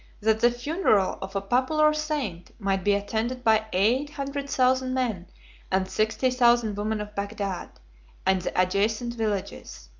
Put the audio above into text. that the funeral of a popular saint might be attended by eight hundred thousand men and sixty thousand women of bagdad and the adjacent villages.